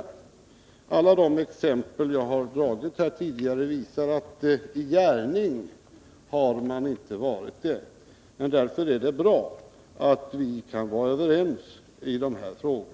I alla mina tidigare exempel har jag visat att moderaterna i gärning inte har stått på bilismens sida. Men det är bra att vi nu är överens i dessa frågor,